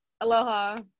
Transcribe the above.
Aloha